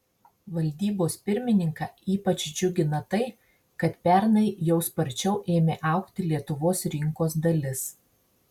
valdybos pirmininką ypač džiugina tai kad pernai jau sparčiau ėmė augti lietuvos rinkos dalis